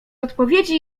odpowiedzi